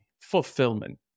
fulfillment